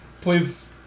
Please